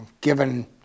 given